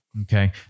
Okay